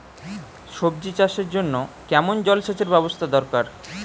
সবজি চাষের জন্য কেমন জলসেচের ব্যাবস্থা দরকার?